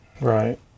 Right